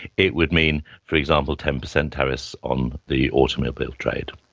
it would mean for example ten percent tariffs on the automobile trade.